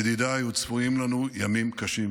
ידידיי, עוד צפויים לנו ימים קשים,